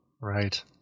Right